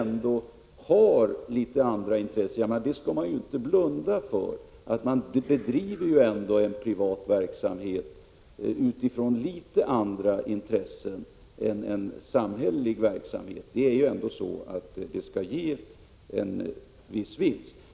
Man skall inte blunda för att en privat verksamhet bedrivs utifrån andra intressen än en samhällelig. Privat verksamhet skall ju ändå ge en viss vinst.